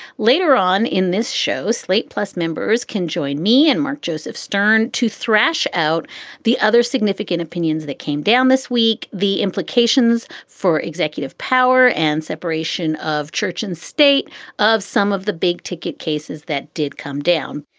later on in this show, slate plus members can join me and mark joseph stern to thrash out the other significant opinions that came down this week. the implications for executive power and separation of church and state of some of the big ticket cases that did come down.